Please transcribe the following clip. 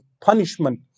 punishment